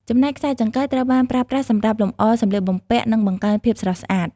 ចំណែកខ្សែចង្កេះ ត្រូវបានប្រើប្រាស់សម្រាប់លម្អសំលៀកបំពាក់ និងបង្កើនភាពស្រស់ស្អាត។